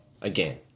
again